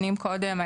שנים קודם,